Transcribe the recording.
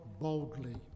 boldly